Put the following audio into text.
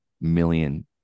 million